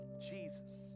Jesus